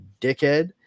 dickhead